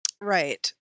Right